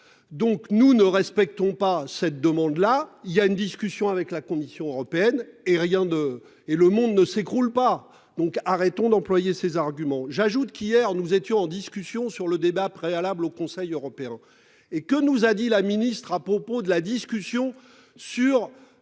Donc nous ne respectons pas cette demande là il y a une discussion avec la commission européenne et rien de et le monde ne s'écroule pas. Donc arrêtons d'employer ces arguments. J'ajoute qu'hier nous étions en discussion sur le débat préalable au conseil européen et que nous a dit la ministre à propos de la discussion sur